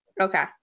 Okay